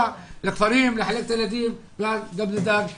לכפרים לחלק את הילדים וגם לדאוג להחזרתם.